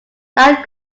that